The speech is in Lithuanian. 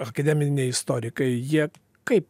akademiniai istorikai jie kaip